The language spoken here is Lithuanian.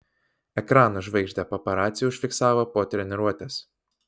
ekranų žvaigždę paparaciai užfiksavo po treniruotės